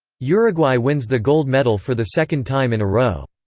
uruguay wins the gold medal for the second time in a row.